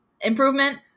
improvement